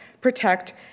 protect